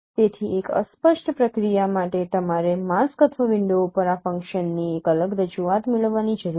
તેથી એક અસ્પષ્ટ પ્રક્રિયા માટે તમારે માસ્ક અથવા વિન્ડો ઉપર આ ફંક્શનની એક અલગ રજૂઆત મેળવવાની જરૂર છે